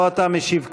לא אתה משיב כרגע.